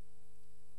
שלישי,